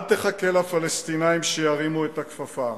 אל תחכה לפלסטינים שירימו את הכפפה,